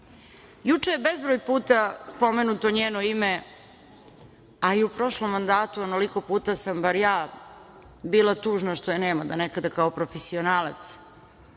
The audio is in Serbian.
je bezbroj puta spomenuto njeno ime, a i u prošlom mandatu onoliko puta sam, bar ja, bila tužna što je nema da nekada kao profesionalac